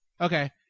Okay